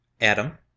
Adam